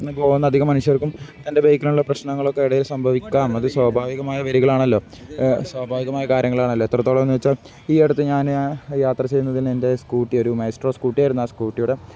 പോകുന്ന അധിക മനുഷ്യർക്കും തൻ്റെ ബൈക്കിനുള്ള പ്രശ്നങ്ങളൊക്കെ ഇടയിൽ സംഭവിക്കാം അതു സ്വാഭാവികമായി വരുന്നതാണല്ലോ സ്വാഭാവികമായ കാര്യങ്ങളാണല്ലോ എത്രത്തോളമെന്നുവച്ചാല് ഈ അടുത്ത് ഞാന് യാത്ര ചെയ്യുന്നതിന് എൻ്റെ സ്കൂട്ടി ഒരു മൈസ്ട്രോ സ്കൂട്ടിയായിരുന്നു ആ സ്കൂട്ടിയുടെ